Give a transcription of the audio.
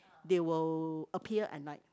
they will appear at night